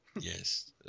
yes